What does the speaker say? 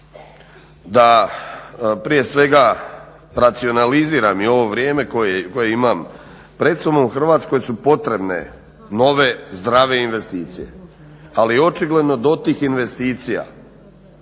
Da prije svega racionaliziram i ovo vrijeme koje imam pred sobom. Hrvatskoj su potrebne nove zdrave investicije ali očigledno do tih investicija